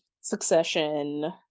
succession